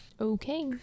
Okay